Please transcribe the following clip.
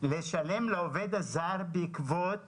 לשלם לעובד הזר בעקבות